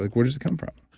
like where does it come from?